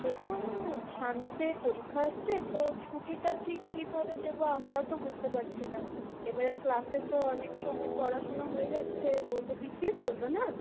দেখুন সামনে তো এই পরীক্ষা আসছে তো ছুটিটা ঠিক কীভাবে দেব আমরাও তো বুঝতে পারছিনা এবারে ক্লাসে তো অনেক সময় পড়াশুনা হয়ে যাচ্ছে ও তো পিছিয়ে পড়বে না